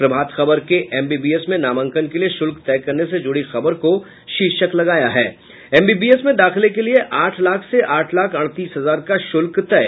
प्रभाव खबर ने एसबीबीएस में नामांकन के लिये शुल्क तय करने से जुड़ी खबर का शीर्षक लगाया है एमबीबीएस में दाखिले के लिये आठ लाख से आठ लाख अड़तीस हजार का शुल्क तय